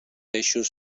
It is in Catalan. eixos